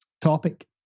Topic